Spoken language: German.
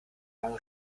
mangel